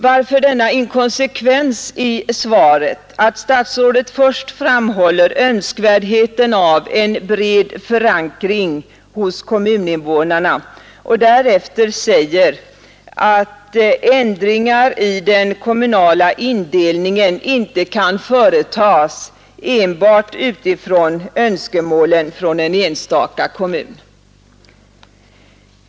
Varför denna inkonsekvens i svaret, där statsrådet först framhåller önskvärdheten av en bred förankring hos kommuninvånarna och därefter säger att ändringar i den kommunala indelningen inte kan företas enbart utifrån önskemålen från en enstaka kommun?